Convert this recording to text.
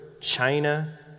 China